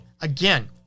again